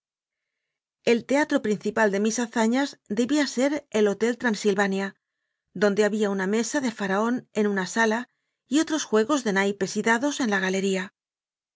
el teatro principal de mis hazañas debía ser el hotel de transilvania donde había una mesa de faraón en una sala y otros juegos de naipes y dados en la galería